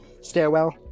stairwell